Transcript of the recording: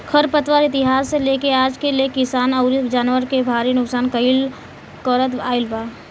खर पतवार इतिहास से लेके आज ले किसान अउरी जानवर के भारी नुकसान करत आईल बा